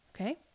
okay